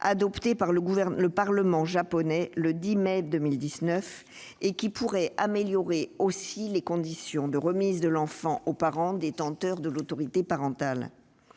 adoptée par le Parlement japonais le 10 mai 2019 et qui pourrait améliorer aussi les conditions de la remise de l'enfant au parent détenteur de l'autorité parentale.